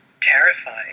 terrified